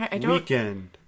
Weekend